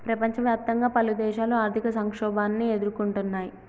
ప్రపంచవ్యాప్తంగా పలుదేశాలు ఆర్థిక సంక్షోభాన్ని ఎదుర్కొంటున్నయ్